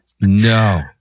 No